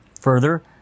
Further